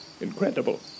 Incredible